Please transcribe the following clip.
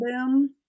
boom